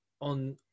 on